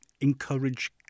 encourage